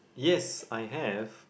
yes I have